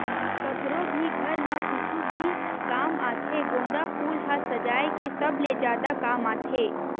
कखरो भी घर म कुछु भी काम आथे गोंदा फूल ह सजाय के सबले जादा काम आथे